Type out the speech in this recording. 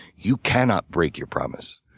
you cannot break your promise.